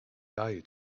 value